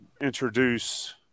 introduce